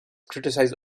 criticized